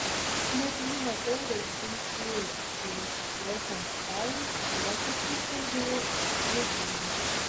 net vyno taurės dzingsėjo kai jos atlošdamos galvas juokėsi ir kalbėjosi apie vyrus